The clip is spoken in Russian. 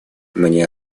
мне